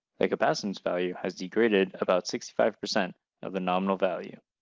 the capacitance value has degraded about sixty five percent of the nominal value.